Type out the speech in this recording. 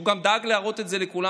הוא גם דאג להראות את זה לכולם,